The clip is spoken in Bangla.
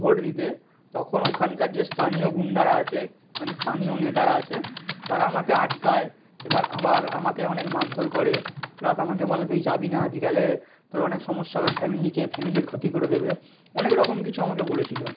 ভোট দিতে তখন ওখানকার যে স্থানীয় গুন্ডারা আছে মানে স্থানীয় নেতারা আছে তারা আমাকে আটকায় এবার আবার আমাকে অনেক মারধর করে প্লাস আমাকে বলে তুই যাবি না যে গেলে তোর অনেক সমস্যা হবে ফ্যমিলিকে ফ্যামিলির ক্ষতি করে দেবে অনেক রকম কিছু আমাকে বলেছিলো